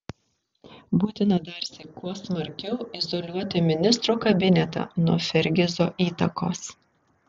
būtina darsyk kuo smarkiau izoliuoti ministrų kabinetą nuo fergizo įtakos